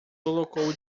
colocou